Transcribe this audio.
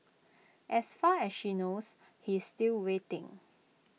as far as she knows he's still waiting